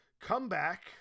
comeback